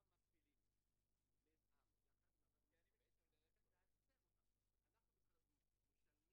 אנחנו פי שתיים